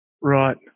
Right